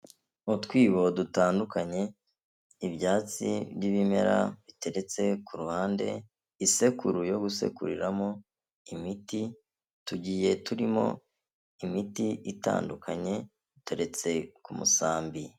Mu twibo dutandukanye ibyatsi by'ibimera biteretse ku ruhande, isekuru yo gusekuriramo imiti tugiye turimo imiti itandukanye duteretse ku musambi.